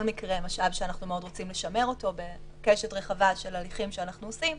מקרה משאב שאנחנו מאוד רוצים לשמר בקשת רחבה של הליכים שאנחנו עושים.